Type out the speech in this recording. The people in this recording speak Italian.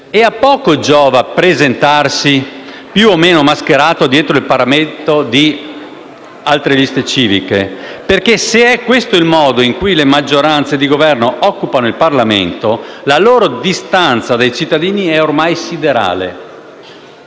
E a poco giova presentarsi, più o meno mascherati, dietro il paravento di altre liste civiche, perché se è questo il modo con cui le maggioranze di governo occupano il Parlamento, la loro distanza dai cittadini è ormai siderale.